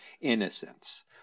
innocence